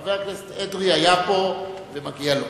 חבר הכנסת אדרי היה פה ומגיע לו.